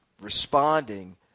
responding